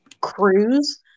cruise